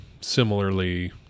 similarly